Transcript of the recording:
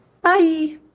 Bye